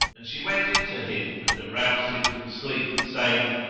and she went in to him and aroused him from sleep, saying,